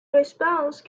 response